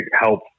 help